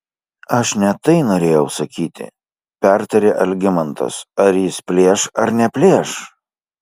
aš ne tai norėjau sakyti pertarė algimantas ar jis plėš ar neplėš